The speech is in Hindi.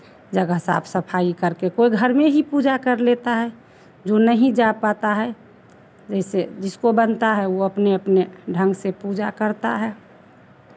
जगह साफ सफाई करके कोई घर में ही पूजा कर लेता है जो नहीं जा पाता है जैसे जिसको बनता है वो अपने अपने ढंग से पूजा करता है